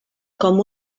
com